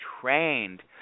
trained